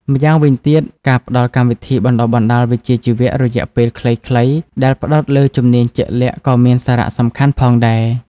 ម្យ៉ាងវិញទៀត ការផ្តល់កម្មវិធីបណ្តុះបណ្តាលវិជ្ជាជីវៈរយៈពេលខ្លីៗដែលផ្តោតលើជំនាញជាក់លាក់ក៏មានសារៈសំខាន់ផងដែរ។